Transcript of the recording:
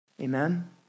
Amen